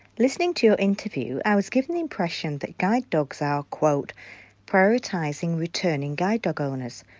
listening to your interview, i was given the impression that guide dogs i'll quote prioritising returning guide dog owners.